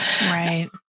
Right